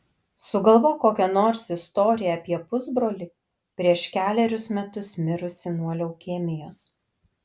sugalvok kokią nors istoriją apie pusbrolį prieš kelerius metus mirusį nuo leukemijos